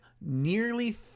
nearly